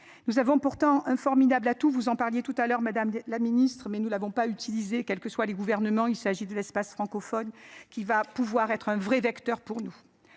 Nous avons pourtant un formidable atout. Vous en parliez tout à l'heure Madame la Ministre mais nous l'avons pas utiliser quelles que soient les gouvernements, il s'agit de l'espace francophone qui va pouvoir être un vrai vecteur pour nous.